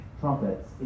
trumpets